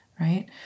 right